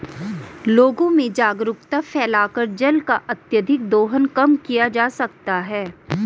लोगों में जागरूकता फैलाकर जल का अत्यधिक दोहन कम किया जा सकता है